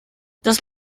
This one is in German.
das